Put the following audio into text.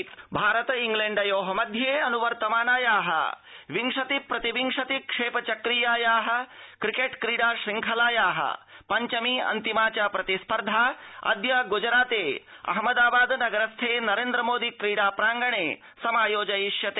cricket Bharat इंग्लैण्डयो मध्ये अन् वर्तमानाया विंशति प्रतिविंशति क्षेप चक्रीयाया क्रिकेट क्रीडा शुंखलाया पञ्चमी अन्तिमा च प्रतिस्पर्धा अद्य गुजराते अहमदाबाद नगरस्थे नरेन्द्र मोदि क्रीडांगणे समा योजयिष्यते